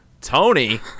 Tony